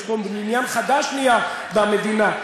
מנהג חדש נהיה במדינה: